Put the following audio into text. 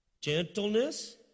gentleness